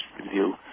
review